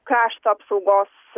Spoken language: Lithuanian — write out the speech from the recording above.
krašto apsaugos